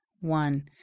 one